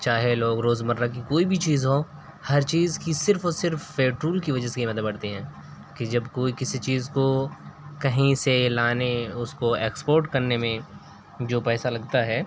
چاہے لوگ روزمرہ کی کوئی بھی چیز ہو ہر چیز کی صرف اور صرف پیٹرول کی وجہ سے قیمتیں بڑھتی ہیں کہ جب کوئی کسی چیز کو کہیں سے لانے اس کو ایکسپورٹ کرنے میں جو پیسہ لگتا ہے